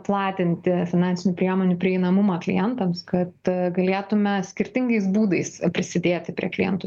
platinti finansinių priemonių prieinamumą klientams kad galėtume skirtingais būdais prisidėti prie klientų